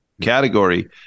category